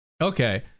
okay